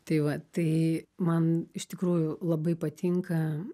tai va tai man iš tikrųjų labai patinka